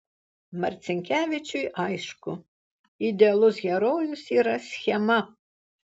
marcinkevičiui aišku idealus herojus yra schema